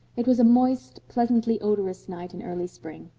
it was a moist, pleasantly-odorous night in early spring.